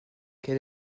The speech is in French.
quel